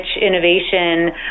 innovation